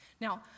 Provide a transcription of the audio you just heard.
Now